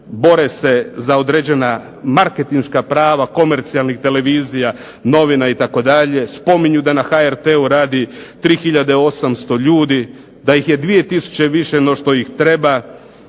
bore se za određena marketinška prava komercijalnih televizija, novina itd. spominje da na HRT-u radi 3 tisuće 800 ljudi. Da ih je 2 tisuće više no što ih treba,